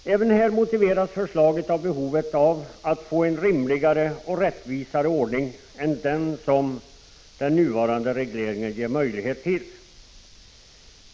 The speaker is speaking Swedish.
Även här motiveras förslaget med behovet av att få en rimligare och rättvisare ordning än den som den nuvarande regleringen ger möjlighet till.